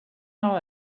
hour